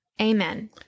Amen